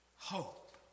hope